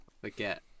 Forget